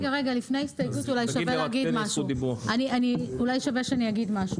רגע, לפני ההסתייגות שווה אולי שאני אגיד משהו.